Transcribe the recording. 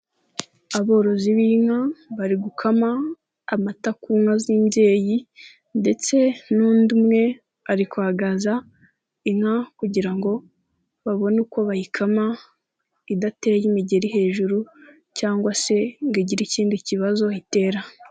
Aborozi b'inka bari gukama amata ku nka z'imbyeyi ndetse n'undi umwe ari kwagaza inka kugira ngo babone uko bayikama, idateye imigeri hejuru cyangwa se ngo igire ikindi kibazo itera.